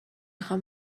خوام